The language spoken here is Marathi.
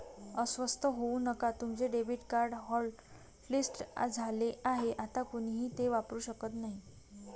अस्वस्थ होऊ नका तुमचे डेबिट कार्ड हॉटलिस्ट झाले आहे आता कोणीही ते वापरू शकत नाही